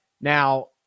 now